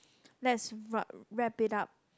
let's rub wrap it up